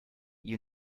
you